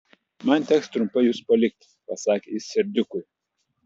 man teks trumpai jus palikti pasakė jis serdiukui